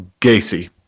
Gacy